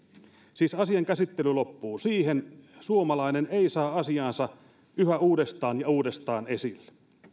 siis asian käsittely loppuu siihen suomalainen ei saa asiaansa yhä uudestaan ja uudestaan esille